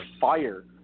fire